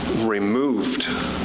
removed